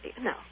no